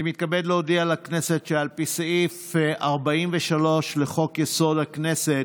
אני מתכבד להודיע לכנסת כי על פי סעיף 43 לחוק-יסוד: הכנסת,